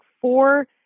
four